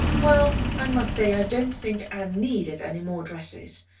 well, i must say i don't think anne needed any more dresses.